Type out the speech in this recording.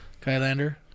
Kylander